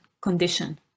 condition